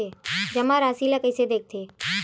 जमा राशि ला कइसे देखथे?